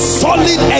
solid